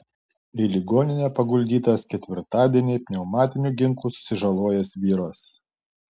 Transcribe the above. į ligoninę paguldytas ketvirtadienį pneumatiniu ginklu susižalojęs vyras